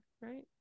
right